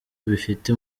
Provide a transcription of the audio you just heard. bifite